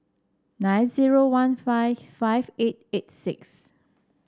nine zero one five five eight eight six